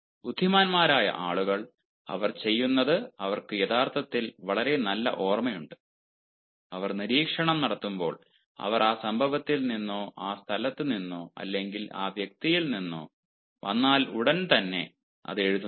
ബുദ്ധിമാന്മാരായ ആളുകൾ അവർ ചെയ്യുന്നത് അവർക്ക് യഥാർത്ഥത്തിൽ വളരെ നല്ല ഓർമ്മയുണ്ട് അവർ നിരീക്ഷണം നടത്തുമ്പോൾ അവർ ആ സംഭവത്തിൽ നിന്നോ ആ സ്ഥലത്ത് നിന്നോ അല്ലെങ്കിൽ ആ വ്യക്തിയിൽ നിന്നോ വന്നാൽ ഉടൻ തന്നെ അത് എഴുതുന്നു